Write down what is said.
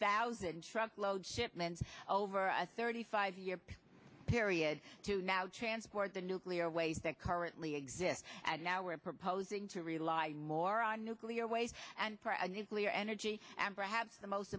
thousand truckloads shipments over a thirty five year period to now transport the nuclear waste that currently exists and now we're proposing to rely more on nuclear waste and cleaner energy and perhaps the most